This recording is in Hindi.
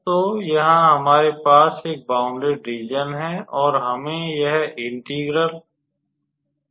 तो यहाँ हमारे पास एक बौंडेड रीज़न है और हमें यह इंटेग्रल इवेल्यूट करना है